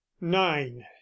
nine